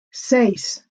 seis